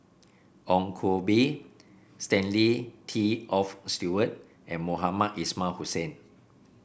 Ong Koh Bee Stanley Toft Stewart and Mohamed Ismail Hussain